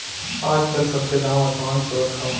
आजकल सब के दाम असमान छुअत हौ